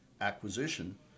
acquisition